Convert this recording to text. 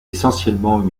essentiellement